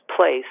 place